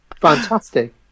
Fantastic